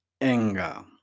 anger